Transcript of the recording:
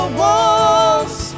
walls